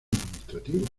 administrativo